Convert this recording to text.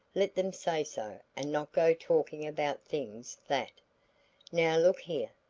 let them say so and not go talking about things that now look here,